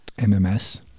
MMS